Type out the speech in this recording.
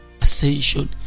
ascension